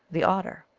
the otter.